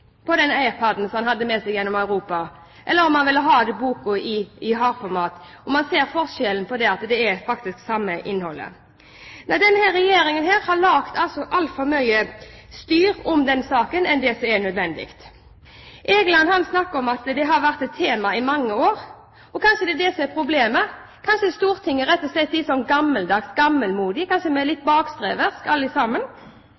på den iPad-en som han hadde med seg gjennom Europa, eller om han ville ha boka i hardformat – om han ser forskjellen på det når det faktisk er samme innholdet. Men denne regjeringen har lagd mye mer styr om denne saken enn det som er nødvendig. Egeland snakket om at det har vært et tema i mange år. Og kanskje er det det som er problemet – kanskje Stortinget rett og slett er gammeldags, gammelmodig, kanskje vi er